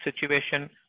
situation